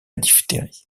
diphtérie